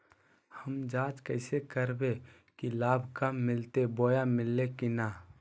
हम जांच कैसे करबे की लाभ कब मिलते बोया मिल्ले की न?